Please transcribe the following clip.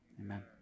Amen